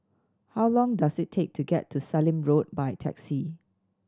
how long does it take to get to Sallim Road by taxi